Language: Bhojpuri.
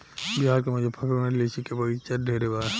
बिहार के मुजफ्फरपुर में लीची के बगइचा ढेरे बा